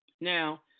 Now